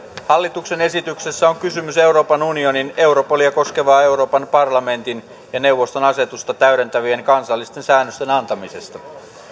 hallituksen esityksessä on kysymys euroopan unionin europolia koskevaa euroopan parlamentin ja neuvoston asetusta täydentävien kansallisten säännösten antamisesta